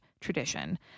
tradition